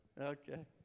Okay